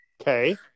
Okay